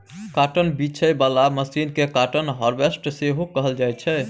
cotton बीछय बला machine केँ काँटन हार्वेस्टर सेहो कहल जाइ छै